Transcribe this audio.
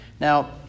Now